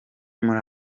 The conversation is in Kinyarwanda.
muri